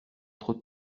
trop